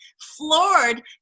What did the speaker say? floored